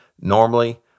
normally